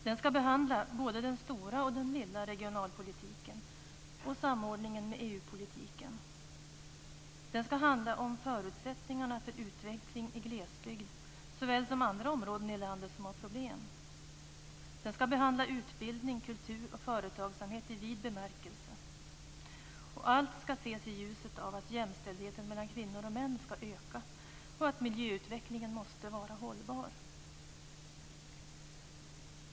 Den skall behandla både den stora och den lilla regionalpolitiken, och dessutom samordningen med EU politiken. Den skall handla om förutsättningarna för utveckling i glesbygd såväl som i andra områden i landet som har problem. Den skall behandla utbildning, kultur och företagsamhet i vid bemärkelse. Allt skall ses i ljuset av att jämställdheten mellan kvinnor och män skall öka och att miljöutvecklingen måste vara hållbar.